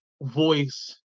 voice